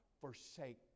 forsake